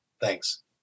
Thanks